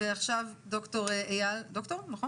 עכשיו אייל לוריא.